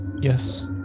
Yes